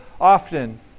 often